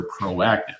proactive